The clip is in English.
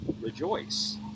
rejoice